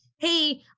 Hey